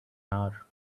hour